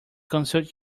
consult